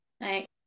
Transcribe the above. right